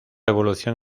evolución